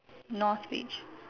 North beach